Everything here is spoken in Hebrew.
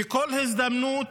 בכל הזדמנות